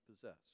possess